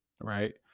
right